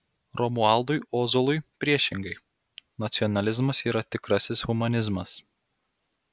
romualdui ozolui priešingai nacionalizmas yra tikrasis humanizmas